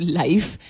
life